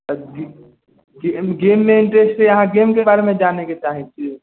जी game मे interest है अहाँ गेम के बारे मे जानै के चाहै छी